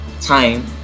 time